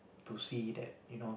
to see that you know